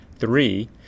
Three